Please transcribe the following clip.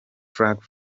flocka